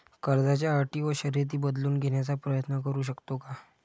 कर्जाच्या अटी व शर्ती बदलून घेण्याचा प्रयत्न करू शकतो का?